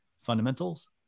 Fundamentals